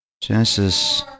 Genesis